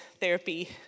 therapy